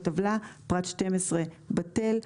בטבלה (פרט 12) בטל.